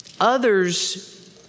others